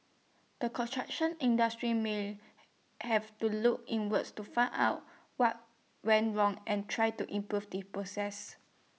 the construction industry may have to look inwards to find out what went wrong and try to improve the process